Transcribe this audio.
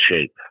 shape